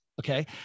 okay